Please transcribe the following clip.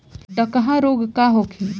डकहा रोग का होखे?